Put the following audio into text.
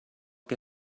que